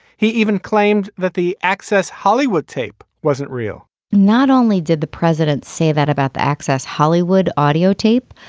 he even claimed that the access hollywood tape wasn't real not only did the president say that about the access hollywood audiotape,